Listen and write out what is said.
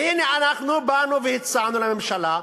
והנה אנחנו באנו והצענו לממשלה,